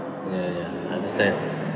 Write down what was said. ya ya understand